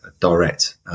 direct